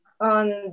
on